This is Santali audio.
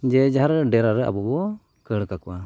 ᱡᱮ ᱡᱟᱦᱟᱨ ᱰᱮᱨᱟ ᱨᱮ ᱟᱵᱚ ᱵᱚ ᱠᱷᱟᱹᱲ ᱠᱟᱠᱚᱣᱟ